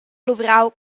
luvrau